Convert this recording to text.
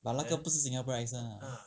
but 那个不是 singaporean accent lah